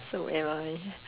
so am I